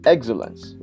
Excellence